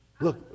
Look